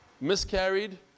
miscarried